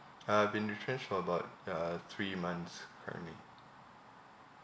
uh I've been retrenched for about uh three months currently